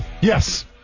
Yes